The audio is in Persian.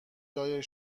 جای